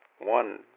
one